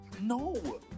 No